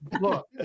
look